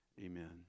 Amen